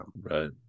right